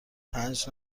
پنج